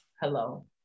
hello